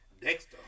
Dexter